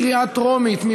בקריאה טרומית.